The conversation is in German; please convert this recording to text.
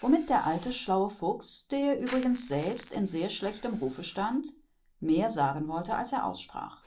womit der alte schlaue fuchs der übrigens selbst in sehr schlechtem rufe stand mehr sagen wollte als er aussprach